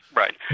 right